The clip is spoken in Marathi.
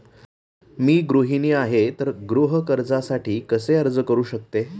मी गृहिणी आहे तर गृह कर्जासाठी कसे अर्ज करू शकते?